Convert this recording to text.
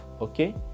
Okay